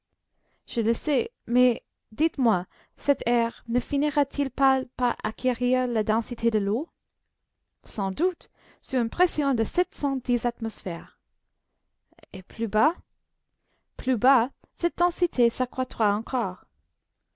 je le sais mais dites-moi cet air ne finira-t-il pas par acquérir la densité de l'eau sans doute sous une pression de sept cent dix atmosphères et plus bas plus bas cette densité s'accroîtra encore